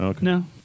No